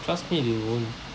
trust me they won't